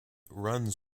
runs